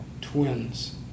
twins